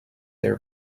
their